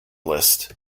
list